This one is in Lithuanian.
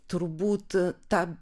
turbūt ta